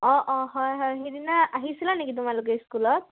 অঁ অঁ হয় হয় সেইদিনা আহিছিলা নেকি তোমালোকে স্কুলত